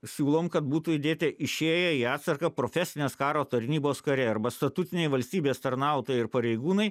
siūlom kad būtų įdėti išėję į atsargą profesinės karo tarnybos kariai arba statutiniai valstybės tarnautojai ir pareigūnai